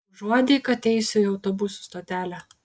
užuodei kad eisiu į autobusų stotelę